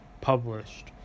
published